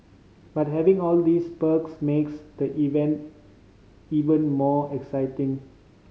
but having all these perks makes the event even more exciting